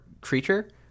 creature